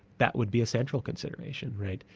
that would be a central consideration right,